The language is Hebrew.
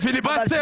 לטכנולוגיה.